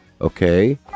Okay